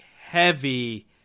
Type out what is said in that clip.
heavy